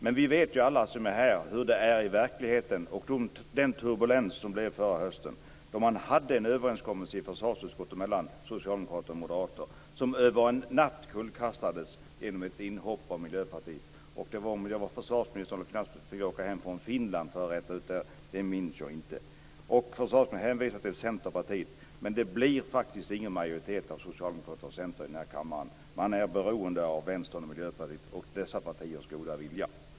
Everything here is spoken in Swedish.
Men vi vet alla hur det är i verkligheten och den turbulens som uppstod förra hösten. Det fanns en överenskommelse i försvarsutskottet mellan socialdemokrater och moderater som kullkastades över en natt efter ett inhopp av Miljöpartiet. Jag minns inte om det var försvarsministern eller finansministern som fick åka hem från Finland för att räta ut det hela. Försvarsministern hänvisar till Centerpartiet. Det blir faktiskt ingen majoritet av socialdemokrater och centerpartister i kammaren. Man är beroende av Miljöpartiets och Vänsterpartiets goda vilja.